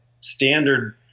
standard